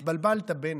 התבלבלת, בנט,